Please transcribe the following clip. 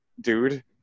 dude